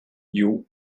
you